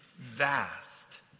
vast